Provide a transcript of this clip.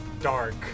Dark